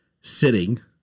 sitting